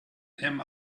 them